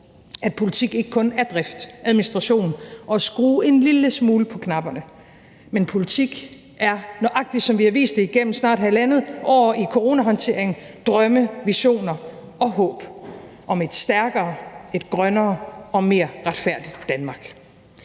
at politik ikke kun er drift, administration og at skrue en lille smule på knapperne, men at politik er nøjagtig, som vi har vist det igennem snart halvandet år i coronahåndteringen: drømme, visioner og håb om et stærkere, et grønnere og mere retfærdigt Danmark.